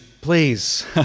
please